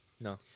No